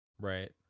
Right